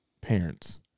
parents